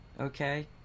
Okay